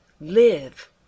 live